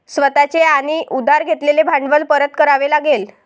स्वतः चे आणि उधार घेतलेले भांडवल परत करावे लागेल